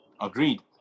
Agreed